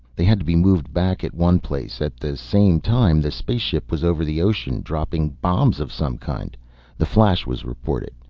they had to be moved back at one place. at the same time the spaceship was over the ocean, dropping bombs of some kind the flash was reported.